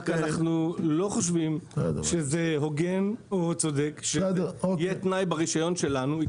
רק אנחנו לא חושבים שזה הוגן או צודק שברישיון שלנו יהיה תנאי,